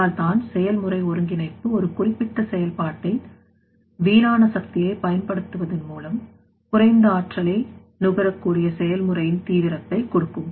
அதனால் தான் செயல்முறை ஒருங்கிணைப்பு ஒரு குறிப்பிட்ட செயல்பாட்டில் வீணான சக்தியை பயன்படுத்துவதன் மூலம் குறைந்த ஆற்றலை நகரக்கூடிய செயல்முறையின் தீவிரத்தை கொடுக்கும்